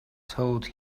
told